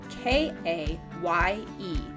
k-a-y-e